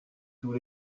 tous